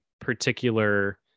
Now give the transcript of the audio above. particular